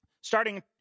Starting